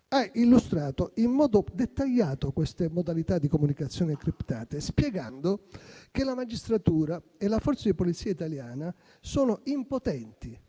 ha illustrato in modo dettagliato queste modalità di comunicazione criptate, spiegando che la magistratura e la Forza di polizia italiana sono impotenti